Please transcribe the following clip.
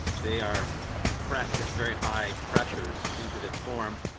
they are pressed at very high pressures into this form,